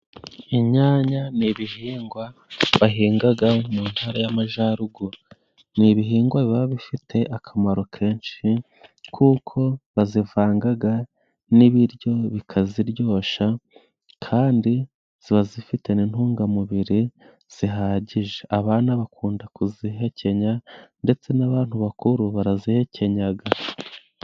Inyanya ni ibihingwa bahingaga mu ntara y'amajyaruguru. Ni ibihingwa biba bifite akamaro kenshi, kuko bazivangaga n'ibiryo bikaziryosha, kandi ziba zifite n'intungamubiri zihagije. Abana bakunda kuzihekenya, ndetse n'abantu bakuru barazihekenyaga.